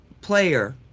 player